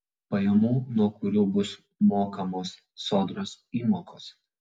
pajamų nuo kurių bus mokamos sodros įmokos